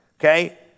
okay